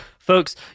Folks